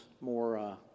more